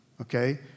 Okay